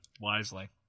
wisely